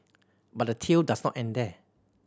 but the tail does not end there